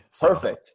Perfect